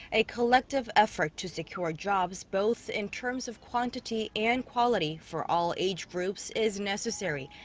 a collective effort to secure jobs both in terms of quantity and quality for all age groups is necessary.